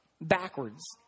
backwards